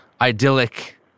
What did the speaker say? idyllic